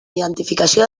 identificació